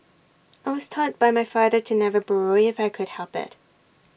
I was taught by my father to never borrow if I could help IT